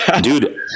dude